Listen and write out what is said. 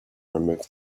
removed